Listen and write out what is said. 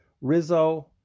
Rizzo